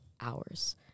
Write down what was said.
hours